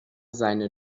seine